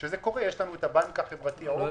זה קורה יש לנו את הבנק החברתי "עוגן".